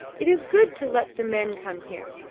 it is good to let the man come here.